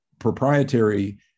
proprietary